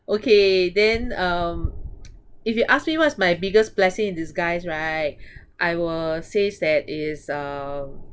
okay then um if you ask me what is my biggest blessing in disguise right I will says that is uh